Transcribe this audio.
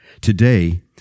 Today